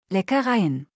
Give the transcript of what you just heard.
Leckereien